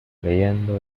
leyendo